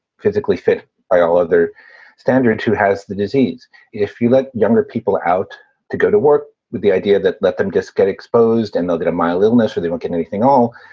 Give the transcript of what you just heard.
physically fit by all other standard, who has the disease if you let younger people out to go to work with the idea that let them just get exposed and they'll get a mild illness or they won't get anything, all